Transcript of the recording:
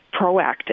proactive